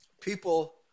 people